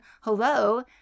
hello